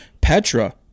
Petra